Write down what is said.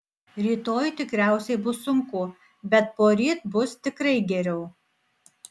rytoj tikriausiai bus sunku bet poryt bus tikrai geriau